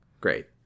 Great